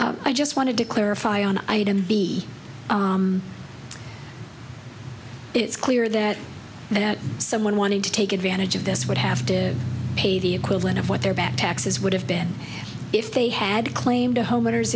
but i just wanted to clarify on item b it's clear that that someone wanting to take advantage of this would have to pay the equivalent of what their back taxes would have been if they had claimed a homeowner's